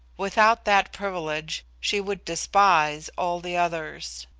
without that privilege she would despise all the others.